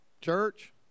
Church